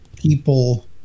people